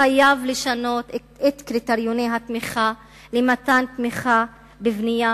חייב לשנות את קריטריוני התמיכה למתן תמיכה לבנייה